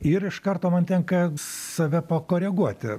ir iš karto man tenka save pakoreguoti